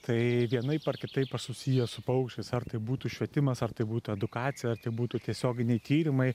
tai vienaip ar kitaip susiję su paukščiais ar tai būtų švietimas ar tai būtų edukacija ar tai būtų tiesioginiai tyrimai